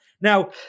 Now